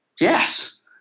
Yes